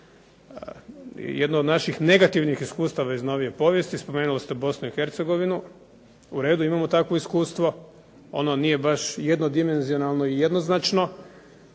jednu od naših negativnih iskustava iz novije povijesti, spomenuli ste Bosnu i Hercegovinu. U redu, imamo takvo iskustvo. Ono nije baš jedno dimenzionalno i jednoznačno.